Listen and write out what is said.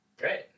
Great